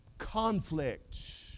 conflict